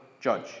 judge